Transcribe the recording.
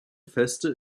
feste